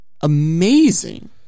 amazing